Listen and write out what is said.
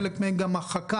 חלק מהן גם הרחקה.